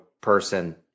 person